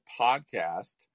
podcast